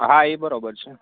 હા ઈ બરોબર છે